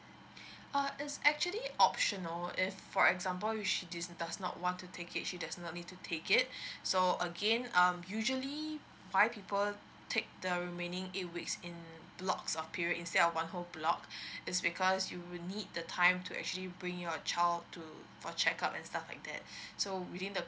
uh it's actually optional if for example usu~ this does not want to take it she definitely to take it so again um usually five people take the remaining eight weeks in blocks of period itself one whole block it's because you will need the time to actually bring your child to for checkup and stuff like that so within the